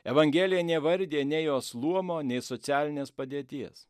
evangelija neįvardija nei jos luomo nei socialinės padėties